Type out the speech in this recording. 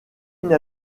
une